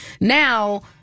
now